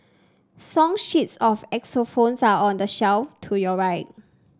song sheets of xylophones are on the shelf to your right